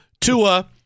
Tua